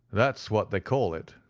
that's what they call it,